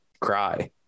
cry